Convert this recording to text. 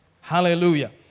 Hallelujah